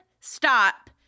stop